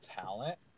talent